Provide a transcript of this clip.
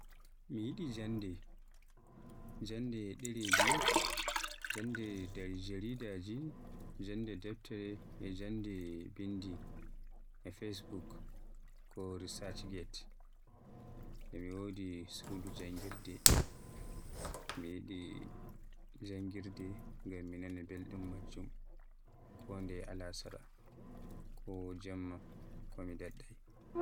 Mi yiɗi jannde, jannde lereji, jannde jaridaje, jannde deftere e jannde bindi e Facebook ko researchgate. E mi wodi suudu janngirde. Mi yiɗi janngirde ngam mi nana belɗum maajjum kondeye alasara ko Jemma ko mi daɗɗa.